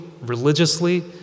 religiously